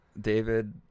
David